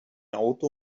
auto